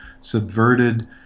subverted